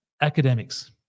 academics